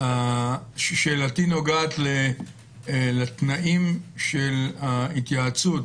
שאלתי נוגעת לתנאים של ההתייעצות